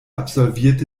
absolvierte